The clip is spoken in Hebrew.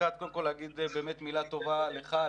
באמת מילה טובה לך,